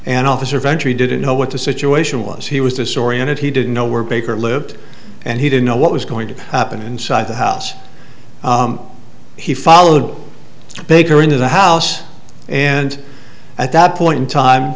an officer eventually didn't know what the situation was he was disoriented he didn't know where baker lived and he didn't know what was going to happen inside the house he followed the baker into the house and at that point in time